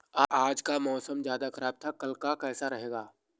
आज का मौसम ज्यादा ख़राब था कल का कैसा रहेगा?